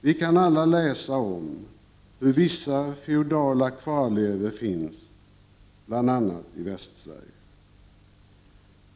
Vi kan alla läsa om hur vissa feodala kvarlevor finns, bl.a. i Västsverige.